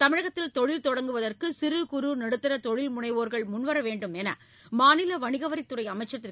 தமிழகத்தில் தொழில் தொடங்குவதற்கு சிறு சுகறு நடுத்தர தொழில் முனைவோர்கள் முன்வர வேண்டும் என்று மாநில வணிகவரித் துறை அமைச்சர் திரு